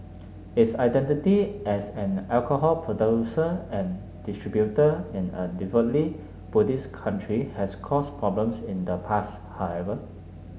its identity as an alcohol producer and distributor in a devoutly Buddhist country has caused problems in the past however